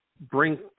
bring